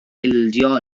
ildio